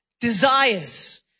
desires